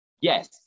yes